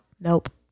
Nope